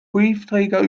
briefträger